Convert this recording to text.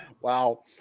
wow